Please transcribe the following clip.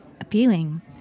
appealing